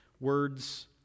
words